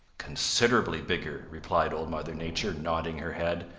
considerably bigger, replied old mother nature, nodding her head.